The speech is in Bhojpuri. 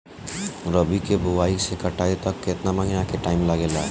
रबी के बोआइ से कटाई तक मे केतना महिना के टाइम लागेला?